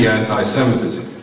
anti-Semitism